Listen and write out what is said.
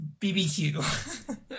BBQ